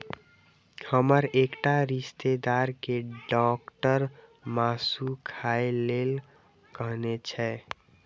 हमर एकटा रिश्तेदार कें डॉक्टर मासु खाय लेल कहने छै